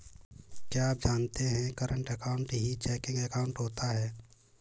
क्या आप जानते है करंट अकाउंट ही चेकिंग अकाउंट होता है